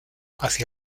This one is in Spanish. hacia